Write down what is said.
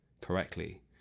correctly